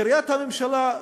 קריית הממשלה,